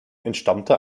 entstammte